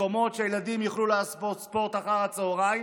מקומות שהילדים יוכלו לעשות ספורט אחר הצוהריים